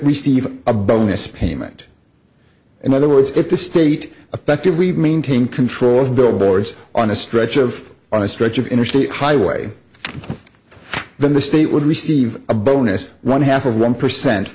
receive a bonus payment in other words if the state affectively maintain control of billboards on a stretch of on a stretch of interstate highway then the state would receive a bonus one half of one percent